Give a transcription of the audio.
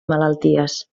malalties